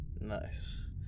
nice